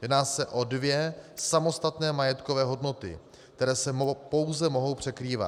Jedná se o dvě samostatné majetkové hodnoty, které se pouze mohou překrývat.